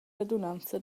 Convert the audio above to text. radunanza